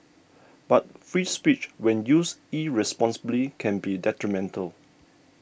but free speech when used irresponsibly can be detrimental